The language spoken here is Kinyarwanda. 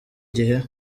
gihe